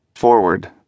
Forward